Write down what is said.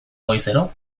goizero